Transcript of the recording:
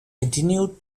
continued